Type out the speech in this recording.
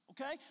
Okay